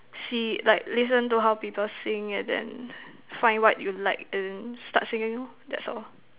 see like listen to how people sing and then find what you like and then start singing lor that's all